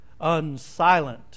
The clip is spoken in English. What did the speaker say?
Unsilent